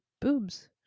boobs